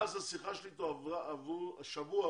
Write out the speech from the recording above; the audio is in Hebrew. מאז השיחה שלי אתו שבוע עבר.